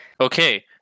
okay